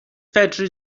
fedri